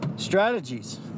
Strategies